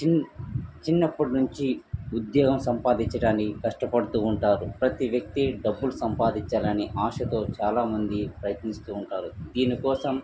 చిన్ చిన్నప్పటి నుంచి ఉద్యోగం సంపాదించడానికి కష్టపడుతూ ఉంటారు ప్రతి వ్యక్తి డబ్బులు సంపాదించాలని ఆశతో చాలామంది ప్రయత్నిస్తూ ఉంటారు దీనికోసం